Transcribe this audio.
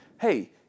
Hey